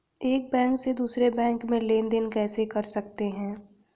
एक बैंक से दूसरे बैंक में लेनदेन कैसे कर सकते हैं?